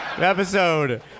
episode